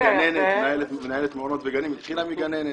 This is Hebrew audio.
גננת, מנהלת מעונות וגנים, התחילה מגננת.